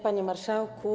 Panie Marszałku!